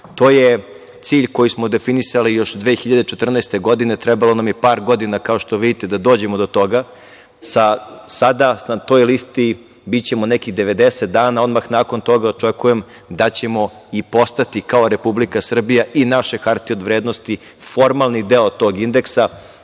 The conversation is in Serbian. To je cilj koji smo definisali još 2014. godine, trebalo nam je par godina, kao što vidite, da dođemo do toga. Sada, na toj listi bićemo nekih 90 dana, odmah nakon toga očekujem da ćemo i postati kao Republika Srbija i naše hartije od vrednosti formalni deo tog indeksa.